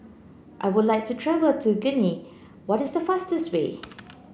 I would like to travel to Guinea what is the fastest way